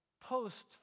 post